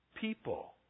people